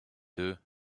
deux